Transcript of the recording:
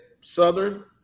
Southern